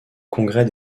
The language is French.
congrès